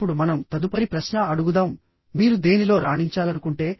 అప్పుడు మనం తదుపరి ప్రశ్న అడుగుదాం మీరు దేనిలో రాణించాలనుకుంటే